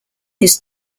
his